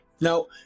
Now